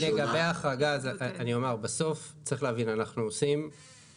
לגבי ההחרגה, אני אומר, בסוף צריך להבין, אם